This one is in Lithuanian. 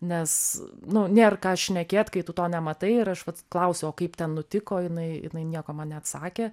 nes nu nėr ką šnekėt kai tu to nematai ir aš vat klausiau o kaip ten nutiko jinai jinai nieko man neatsakė